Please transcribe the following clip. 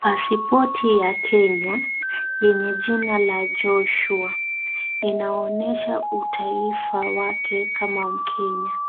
Pasipoti ya Kenya yenye jina la Joshua, inaonyesha utaifa wake kama mkenya